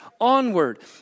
onward